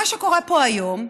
מה שקורה פה היום,